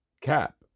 Cap